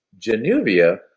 Genuvia